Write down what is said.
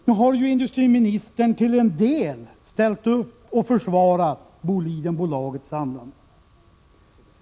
Nu har ju industriministern till en del ställt upp och försvarat Bolidenbolagets handlande.